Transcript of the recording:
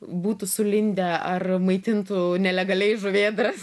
būtų sulindę ar maitintų nelegaliai žuvėdras